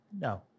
No